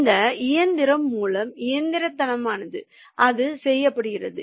இந்த இயந்திரம் மூலம் இயந்திரத்தனமாக அது செய்யப்படுகிறது